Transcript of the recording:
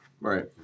Right